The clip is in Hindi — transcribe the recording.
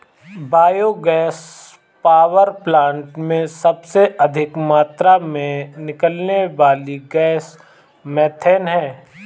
बायो गैस पावर प्लांट में सबसे अधिक मात्रा में निकलने वाली गैस मिथेन है